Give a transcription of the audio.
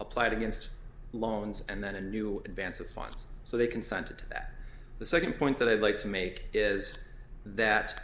applied against loans and then a new advance of funds so they consented to that the second point that i'd like to make is that